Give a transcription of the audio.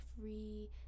free